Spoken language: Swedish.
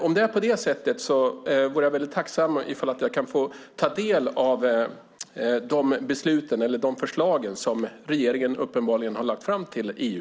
Om det är på det sättet vore jag väldigt tacksam att få ta del av de förslag som regeringen uppenbarligen lagt fram till EU.